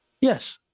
Yes